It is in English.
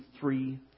three